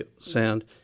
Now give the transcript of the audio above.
sound